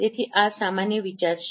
તેથી આ સામાન્ય વિચાર છે